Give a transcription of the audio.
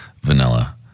vanilla